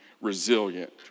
resilient